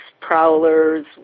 prowlers